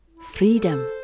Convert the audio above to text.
freedom